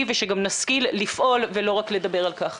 ושגם נשכיל לפעול ולא רק לדבר על כך.